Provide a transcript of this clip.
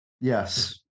Yes